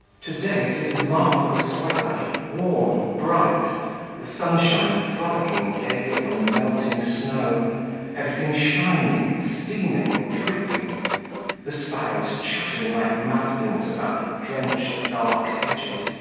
to-day it is marvellous weather. warm, bright the sunshine frolicking gaily on the melting snow everything shining, steaming, dripping the sparrows chattering like mad things about the drenched, dark hedges.